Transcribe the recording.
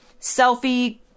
selfie